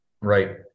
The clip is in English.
right